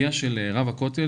לגבי רב הכותל,